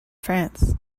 france